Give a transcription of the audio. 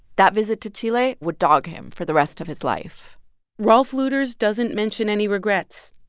that visit to chile would dog him for the rest of his life rolf luders doesn't mention any regrets.